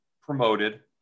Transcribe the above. promoted